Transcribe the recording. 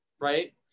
Right